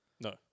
No